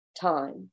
time